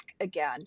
again